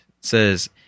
says